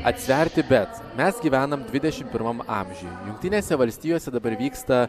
atsverti bet mes gyvenam dvidešimt pirmam amžiuj jungtinėse valstijose dabar vyksta